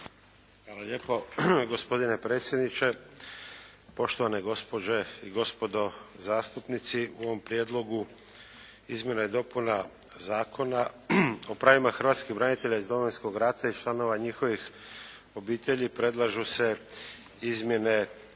Hvala lijepo gospodine predsjedniče. Poštovane gospođe i gospodo zastupnici. U ovom Prijedlogu izmjena i dopuna Zakona o pravima hrvatskih branitelja iz Domovinskog rata i članova njihovih obitelji predlažu se izmjene